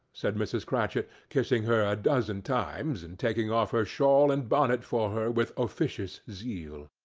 said mrs. cratchit, kissing her a dozen times, and taking off her shawl and bonnet for her with officious zeal.